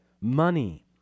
money